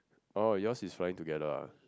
oh yours is flying together ah